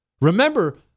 Remember